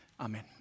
Amen